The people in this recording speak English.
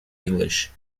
english